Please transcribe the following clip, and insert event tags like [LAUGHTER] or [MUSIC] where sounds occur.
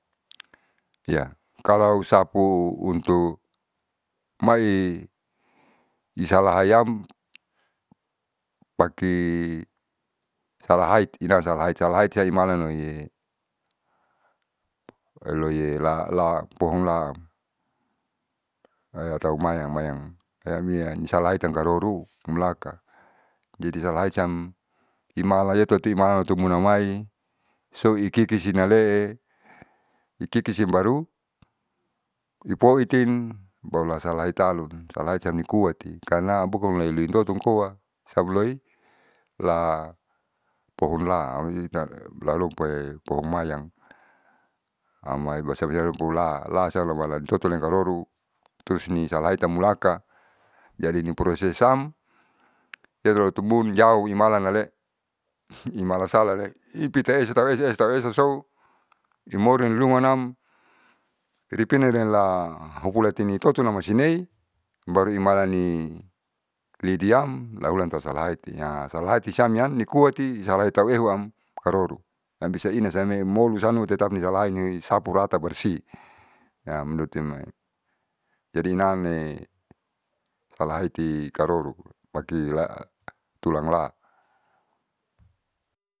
Ya kalo sapu untuk mai hisahalayan pake salahaititina salahait salahait saja imalaloie loie la la pohon la la tau mayang mayang siamnia insalahaitam karoro umlaka jadi salahaisiam imalayetatimalaloto munamai soiikiki inalaee ikisim baru ipoitin baru lasahalitau salahaitiam nikuati. Karna bukan mulai litotonkoa sabloi la pohon la amuitan lalopoe pohon mayan amai [UNINTELLIGIBLE] la totulen karoro trus ni salahaitamulaka jadi ni prosesam irui lotumun jauh imalanlalee [NOISE] imalan salahlae ipitaesa taruesa esa taru esa taru esasou imorin rumanam ripinarenla hauhulatinitotonamasinei. Baru imalani liadiam laulan tausalahaiti ya salahaiti siamniakuati salaetauehuam karoro ambisa inataue molusan e tetapni salahaini sapurata barsih, am lutumai jadi inaamne alahaiti karoro pakila tulangla.